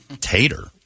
Tater